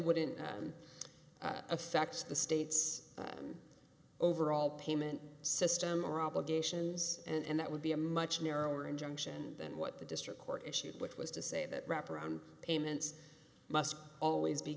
wouldn't affect the state's overall payment system or obligations and that would be a much narrower injunction than what the district court issued which was to say that wraparound payments must always be